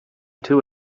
too